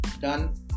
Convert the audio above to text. Done